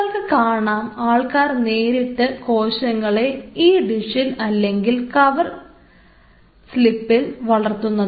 നിങ്ങൾക്ക് കാണാം ആൾക്കാർ നേരിട്ട് കോശങ്ങളെ ഈ ഡിഷിൽ അല്ലെങ്കിൽ ഗ്ലാസ് കവർ സ്ലിപ്പിൽ വളർത്തുന്നത്